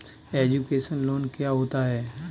Education loan क्या होता है?